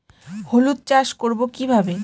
হলুদ চাষ করব কিভাবে?